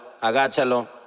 agáchalo